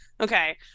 okay